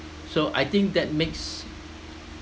so I think that makes